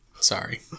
Sorry